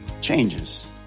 changes